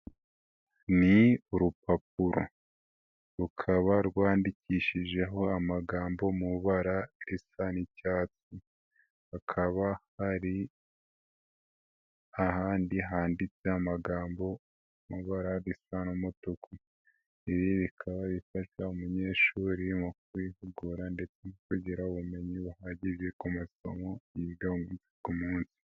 Ni urupapuro, rukaba rwandikishijeho amagambo mu bara risa n'icyatsi, hakaba hari ahandi handitse amagambo mu ibara risa n'umutuku, ibi bikaba bifasha umunyeshuri mu kwihugura ndetse no kugira ubumenyi buhagije ku masomo yiga ku munsi.